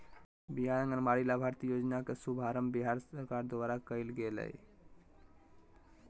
बिहार आंगनबाड़ी लाभार्थी योजना के शुभारम्भ बिहार सरकार द्वारा कइल गेलय